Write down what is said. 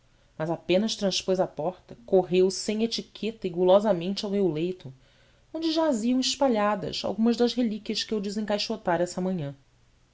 mas apenas transpôs a porta correu sem etiqueta e gulosamente ao meu leito onde jaziam espalhadas algumas das relíquias que eu desencaixotara essa manhã